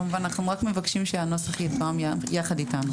כמובן אנחנו מאוד מבקשים שהנוסח יתואם יחד איתנו.